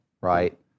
right